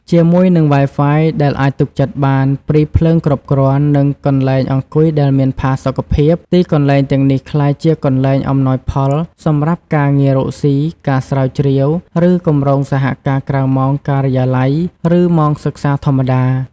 ជាមួយនឹង Wi-Fi ដែលអាចទុកចិត្តបាន ព្រីភ្លើងគ្រប់គ្រាន់ និងកន្លែងអង្គុយដែលមានផាសុកភាព ទីកន្លែងទាំងនេះក្លាយជាកន្លែងអំណោយផលសម្រាប់ការងាររកស៊ី ការស្រាវជ្រាវ ឬគម្រោងសហការក្រៅម៉ោងការិយាល័យ ឬម៉ោងសិក្សាធម្មតា។